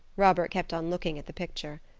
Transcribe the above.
robert kept on looking at the picture.